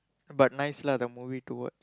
but nice lah the movie to watch